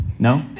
No